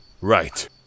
Right